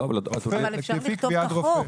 אדוני,